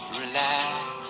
relax